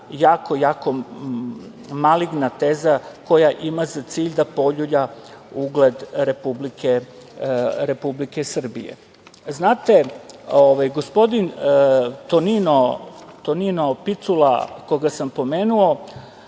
jako, jako maligna teza koja ima za cilj da poljulja ugled Republike Srbije. Znate, gospodin Tonino Picula, koga sam pomenuo,